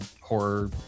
horror